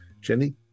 Jenny